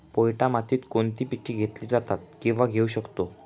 पोयटा मातीत कोणती पिके घेतली जातात, किंवा घेऊ शकतो?